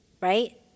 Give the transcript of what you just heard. right